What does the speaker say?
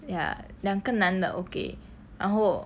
ya 两个男的 okay 然后